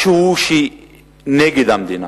משהו נגד המדינה,